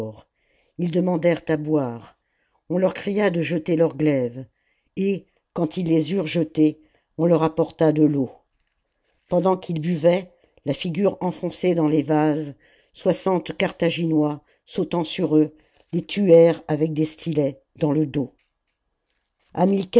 ils demandèrent à boire on leur cria de jeter leurs glaives et quand ils les eurent jetés on leur apporta de l'eau pendant qu'ils buvaient la figure enfoncée dans les vases soixante carthaginois sautant sur eux les tuèrent avec des stylets dans le dos